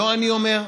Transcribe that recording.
לא אני אומר,